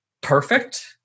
perfect